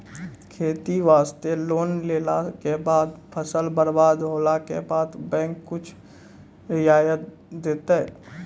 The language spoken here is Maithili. खेती वास्ते लोन लेला के बाद फसल बर्बाद होला के बाद बैंक कुछ रियायत देतै?